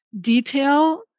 detail